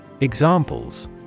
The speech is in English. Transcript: Examples